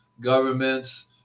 governments